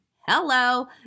Hello